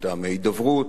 מטעמי הידברות,